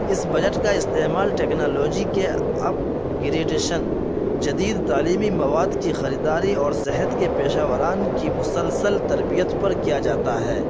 اس budget کا استعمال technology کے اپگریڈیشن جدید تعلیمی مواد کی خریداری اور صحت کے پیشہ وران کی مسلسل تربیت پر کیا جاتا ہے